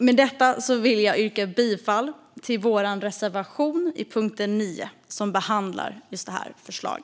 Med detta vill jag yrka bifall till vår reservation under punkt 9 som behandlar just detta förslag.